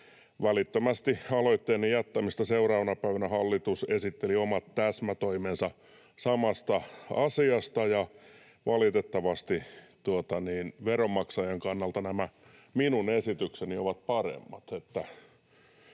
Välittömästi aloitteen jättämistä seuraavana päivänä hallitus esitteli omat täsmätoimensa samasta asiasta, ja valitettavasti veronmaksajan kannalta nämä minun esitykseni ovat paremmat,